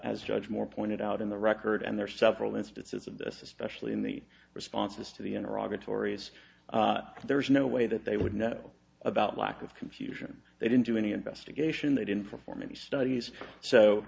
judge moore pointed out in the record and there are several instances of this especially in the responses to the iraq or tories there is no way that they would know about lack of confusion they didn't do any investigation they didn't perform any studies so